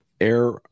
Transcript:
air